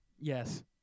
yes